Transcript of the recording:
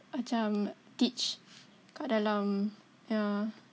ajar teach kat dalam yeah